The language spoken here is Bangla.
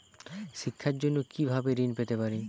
শিক্ষার জন্য কি ভাবে ঋণ পেতে পারি?